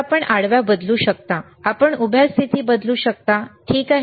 तर आपण आडव्या बदलू शकता आपण उभ्या स्थिती बदलू शकता ठीक आहे हे छान आहे